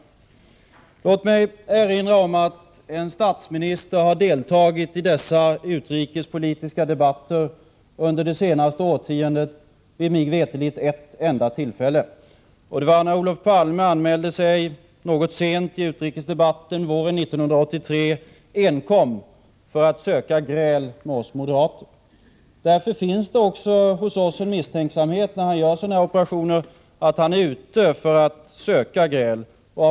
En statsminister har — mig veterligt — under det senaste årtiondet deltagit i dessa utrikespolitiska debatter vid ett enda tillfälle. Det var när Olof Palme anmälde sig — något sent — i utrikesdebatten våren 1983 enkom för att söka gräl med oss moderater. Därför finns det också hos oss en misstanke om att han är ute för att söka gräl när han gör sådana här operationer.